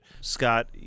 Scott